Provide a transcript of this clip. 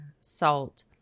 salt